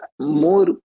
more